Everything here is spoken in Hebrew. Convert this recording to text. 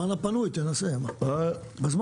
אדוני, בהקשר